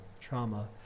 trauma